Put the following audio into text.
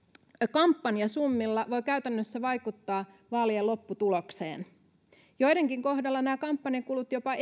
kampanjasummilla voi käytännössä vaikuttaa vaalien lopputulokseen joidenkin kohdalla nämä kampanjakulut jopa